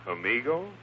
Amigo